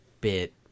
bit